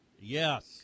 Yes